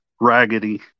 raggedy